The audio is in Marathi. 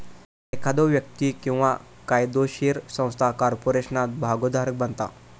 एखादो व्यक्ती किंवा कायदोशीर संस्था कॉर्पोरेशनात भागोधारक बनता